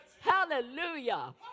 Hallelujah